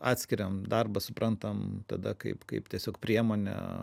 atskiriam darbą suprantam tada kaip kaip tiesiog priemonę